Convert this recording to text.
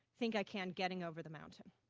think i can getting over the mountain.